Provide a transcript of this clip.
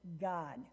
God